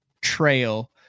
trail